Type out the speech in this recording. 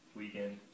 weekend